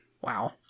Wow